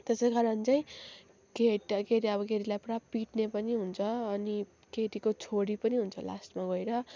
त्यसै कारण चाहिँ अब केटीलाई पुरा पिट्ने पनि हुन्छ अनि केटीको छोरी पनि हुन्छ लास्टमा गएर